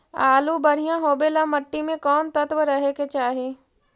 आलु बढ़िया होबे ल मट्टी में कोन तत्त्व रहे के चाही?